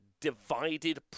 divided